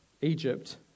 Egypt